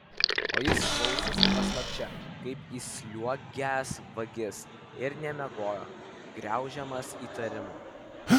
o jis klausėsi paslapčia kaip įsliuogęs vagis ir nemiegojo graužiamas įtarimų